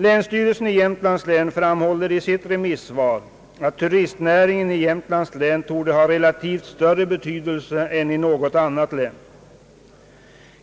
Länsstyrelsen i Jämtlands län framhåller i sitt remissvar att turistnäringen i Jämtlands län torde ha relativt större betydelse än i något annat län.